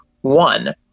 one